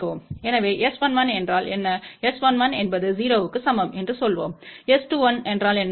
எனவே S11என்றால் என்ன S11என்பது 0 க்கு சமம் என்றுசொல்வோம் S21என்றால்என்ன